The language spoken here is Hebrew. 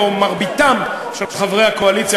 מרבית חברי האופוזיציה,